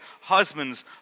husbands